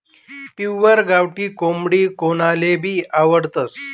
pure गावठी कोंबडी कोनलेभी आवडस